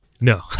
no